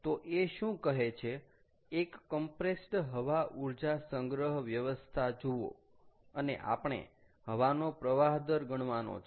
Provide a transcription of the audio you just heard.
તો એ શું કહે છે એક કમ્પ્રેસ્ડ હવા ઊર્જા સંગ્રહ વ્યવસ્થા જુઓ અને આપણે હવાનો પ્રવાહ દર ગણવાનો છે